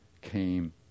came